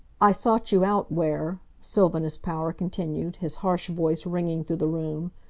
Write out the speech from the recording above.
i sought you out, ware, sylvanus power continued, his harsh voice ringing through the room,